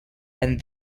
and